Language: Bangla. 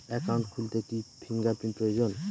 একাউন্ট খুলতে কি ফিঙ্গার প্রিন্ট প্রয়োজন?